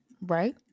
Right